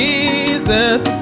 Jesus